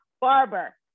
barber